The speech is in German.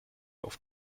auf